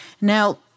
Now